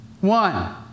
One